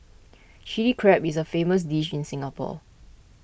Chilli Crab is a famous dish in Singapore